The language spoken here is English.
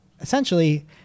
essentially